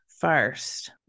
first